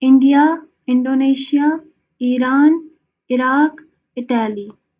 India Indonesia Iran Iraq Italy